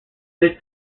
this